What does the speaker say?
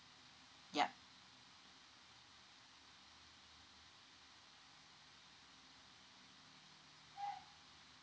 yup